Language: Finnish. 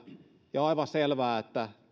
ja on aivan selvää että